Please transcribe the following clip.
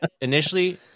initially